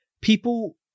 people